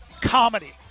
comedy